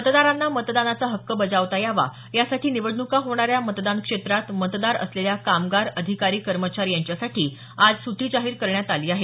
मतदारांना मतदानाचा हक्क बजावता यावा यासाठी निवडणुका होणाऱ्या मतदान क्षेत्रात मतदार असलेल्या कामगार अधिकारी कर्मचारी यांच्यासाठी आज सुद्दी जाहीर करण्यात आली आहे